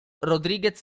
rodríguez